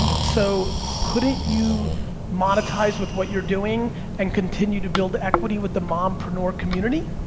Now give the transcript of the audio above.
so, couldn't you monetize with what you're doing and continue to build equity with the mompreneur community?